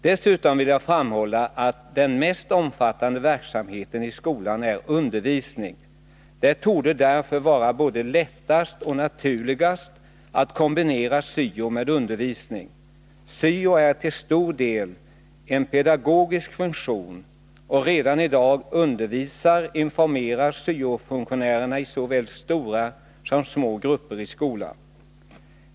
Dessutom vill jag framhålla att den absolut mest omfattande verksamheten i skolan är undervisning. Det torde därför vara både lättast och naturligast att kombinera syo med undervisning. Syo är till stor del en pedagogisk funktion, och redan i dag undervisar/informerar syo-funktionärer i såväl stora som små grupper i skolan.